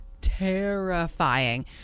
terrifying